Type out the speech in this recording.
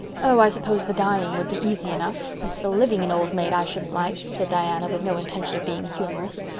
oh, i suppose the dying would be easy enough it's the living an old maid i shouldn't like, said diana, with no intention of being humorous.